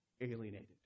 alienated